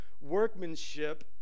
workmanship